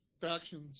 factions